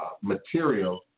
material